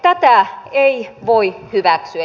tätä ei voi hyväksyä